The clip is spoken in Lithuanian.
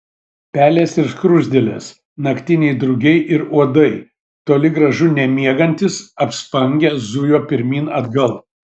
pelės ir skruzdėlės naktiniai drugiai ir uodai toli gražu nemiegantys apspangę zujo pirmyn atgal